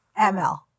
ML